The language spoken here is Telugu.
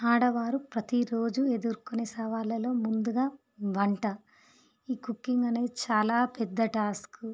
ఆడవారు ప్రతిరోజు ఎదుర్కొనే సవాళ్ళలో ముందుగా వంట ఈ కుకింగ్ అనేది చాలా పెద్ద టాస్క్